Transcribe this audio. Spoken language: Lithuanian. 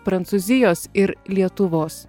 prancūzijos ir lietuvos